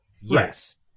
yes